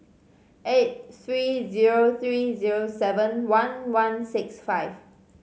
eight three zero three zero seven one one six five